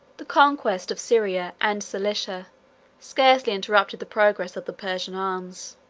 the conquest of syria and cilicia scarcely interrupted the progress of the persian arms.